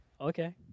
Okay